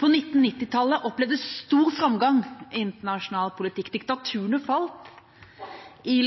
på 1990-tallet opplevde stor framgang i internasjonal politikk. Diktaturene falt i